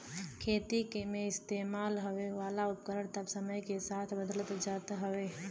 खेती मे इस्तेमाल होए वाला उपकरण त समय के साथे बदलत जात हउवे